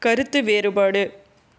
கருத்து வேறுபாடு